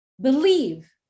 Believe